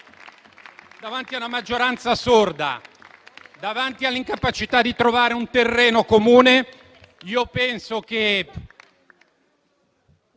davanti a una maggioranza sorda, davanti all'incapacità di trovare un terreno comune, io penso che